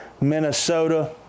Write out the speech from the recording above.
Minnesota